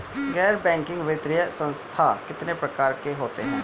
गैर बैंकिंग वित्तीय संस्थान कितने प्रकार के होते हैं?